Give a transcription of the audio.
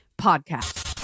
podcast